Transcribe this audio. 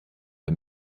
der